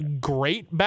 Great